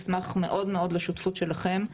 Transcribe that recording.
נשמח מאוד לשותפות שלכם.